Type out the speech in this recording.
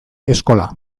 eskola